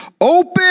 open